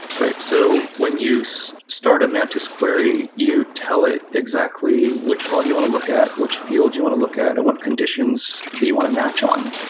right. so when you start a mantis query, you tell it exactly which log you want to look at, which field you want to look at and want conditions that you want to match on.